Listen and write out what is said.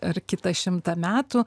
ar kitą šimtą metų